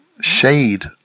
Shade